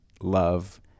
love